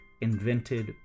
invented